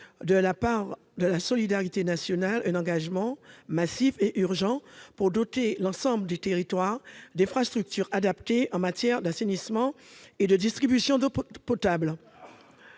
de la part de la solidarité nationale un engagement massif et urgent pour doter l'ensemble des territoires d'infrastructures adaptées en matière d'assainissement et de distribution d'eau potable.